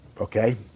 okay